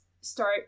start